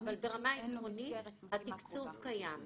אבל ברמה עקרונית התקצוב קיים.